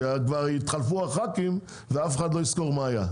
שכבר יתחלפו הח"כים ואף אחד לא יזכור מה היה.